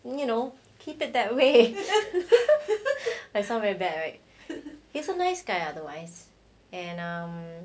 you know keep it that way like sound very bad right he's a nice guy otherwise and um